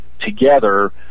together